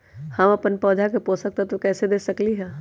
हम अपन पौधा के पोषक तत्व कैसे दे सकली ह?